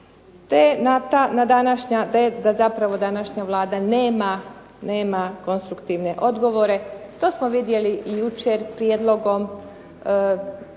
da zapravo današnja Vlada nema konstruktivne odgovore. To smo vidjeli i jučer prijedlogom